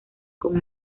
con